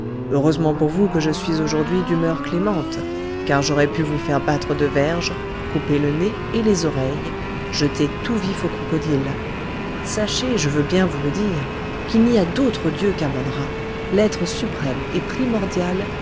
heureusement pour vous que je suis aujourd'hui d'humeur clémente car j'aurais pu vous faire battre de verges couper le nez et les oreilles jeter tout vifs aux crocodiles sachez je veux bien vous le dire qu'il n'y a d'autre dieu quammon ra l'être suprême et primordial